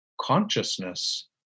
Consciousness